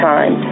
Time